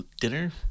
dinner